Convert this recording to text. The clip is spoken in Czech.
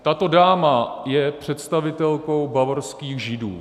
Tato dáma je představitelkou bavorských Židů.